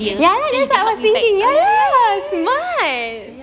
ya that one perfect ya